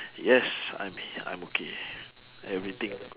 yes I'm I'm okay everything